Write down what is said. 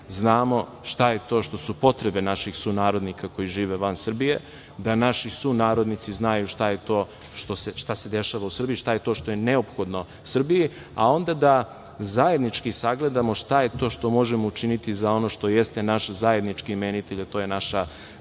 znamo šta je to što su potrebe naših sunarodnika koji žive van Srbije, da naši sunarodnici znaju šta je to šta se dešava u Srbiji, šta je to što neophodno Srbiji, a onda da zajednički sagledamo šta je to što možemo učiniti za ono što jeste naš zajednički imenitelj, a to je naša